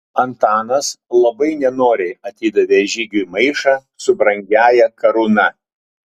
antanas labai nenoriai atidavė žygiui maišą su brangiąja karūna